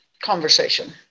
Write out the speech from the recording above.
conversation